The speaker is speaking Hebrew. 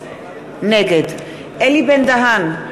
נגד אלי בן-דהן,